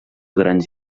grans